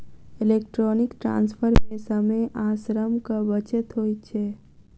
electronic transfer मे समय आ श्रमक बचत होइत छै